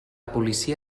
policia